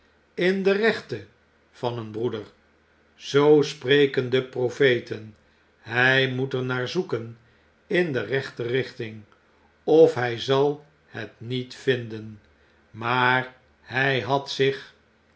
in de rechte van een broeder zoo spreken de profeten hy moet er naar zoeken in de rechte ricbting of hy zal het niet vinden maar hij had zich